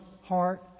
heart